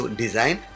design